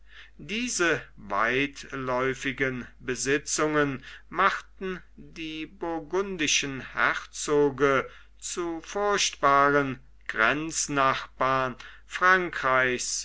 diese weitläufigen besitzungen machten die burgundischen herzoge zu furchtbaren grenznachbarn frankreichs